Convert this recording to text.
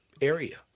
area